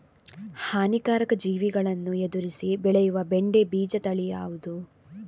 ಹಾನಿಕಾರಕ ಜೀವಿಗಳನ್ನು ಎದುರಿಸಿ ಬೆಳೆಯುವ ಬೆಂಡೆ ಬೀಜ ತಳಿ ಯಾವ್ದು?